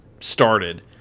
started